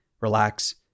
relax